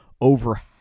over